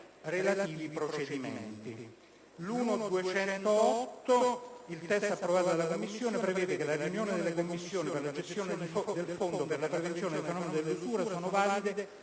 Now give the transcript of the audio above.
all'emendamento 1.208, il testo approvato dalla Commissione prevede che le riunioni della commissione per la gestione del Fondo per la prevenzione del fenomeno dell'usura «sono valide